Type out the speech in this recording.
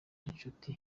inshuti